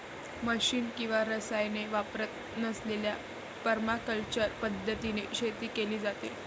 machine किंवा रसायने वापरत नसलेल्या परमाकल्चर पद्धतीने शेती केली जाते